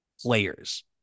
players